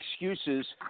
Excuses